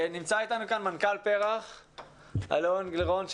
נמצא איתנו כאן מנכ"ל פר"ח, אלון גלרון.